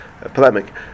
polemic